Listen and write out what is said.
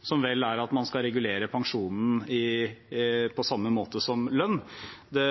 som vel er at man skal regulere pensjonen på samme måte som lønn. Det